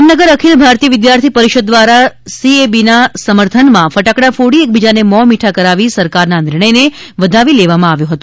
જામનગર અખિલ ભારતીય વિધ્યાર્થી પરિષદ દ્વારા સીએબીના સમર્થનમાં ફટાકડા ફોડી એકબીજાને મોં મીઠા કરાવી સરકારના નિર્ણયને વધાવી લેવામાં આવ્યો હતો